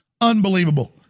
Unbelievable